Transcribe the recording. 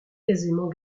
aisément